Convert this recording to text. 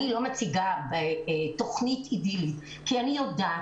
אני לא מציגה תוכנית אידאלית כי אני יודעת